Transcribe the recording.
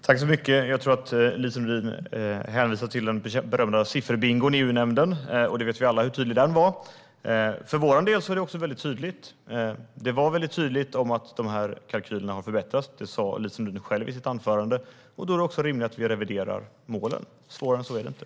Fru talman! Jag tror att Lise Nordin hänvisar till den berömda sifferbingon i EU-nämnden. Vi vet alla hur tydlig den var. För vår del är det tydligt att kalkylerna har förbättrats. Det sa Lise Nordin själv i sitt anförande. Då är det också rimligt att revidera målen. Svårare än så är det inte.